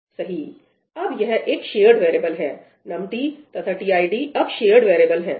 सही अब यह एक शेयर्ड वेरीएबल है num t तथा tid अब शेयर्ड वेरीएबल हैं